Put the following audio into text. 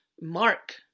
Mark